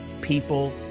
people